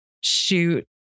shoot